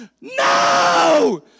No